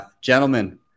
gentlemen